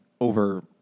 over